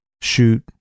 shoot